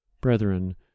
brethren